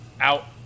out